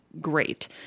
great